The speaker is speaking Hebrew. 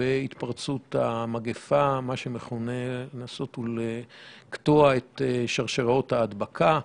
בהתפרצות המגיפה ולנסות לקטוע את שרשראות ההדבקה.